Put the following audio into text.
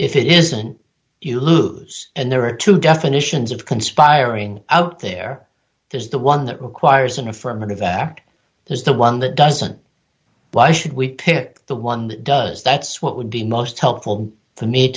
if it isn't you lose and there are two definitions of conspiring out there there's the one that requires an affirmative act there's the one that doesn't why should we pick the one that does that's what would be most helpful